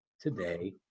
today